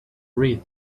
read